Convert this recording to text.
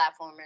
platformers